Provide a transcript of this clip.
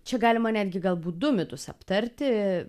čia galima netgi galbūt du mitus aptarti